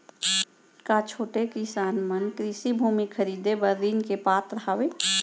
का छोटे किसान मन कृषि भूमि खरीदे बर ऋण के पात्र हवे?